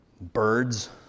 birds